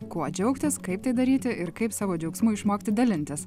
kuo džiaugtis kaip tai daryti ir kaip savo džiaugsmu išmokti dalintis